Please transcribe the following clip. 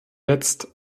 jetzt